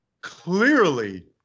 clearly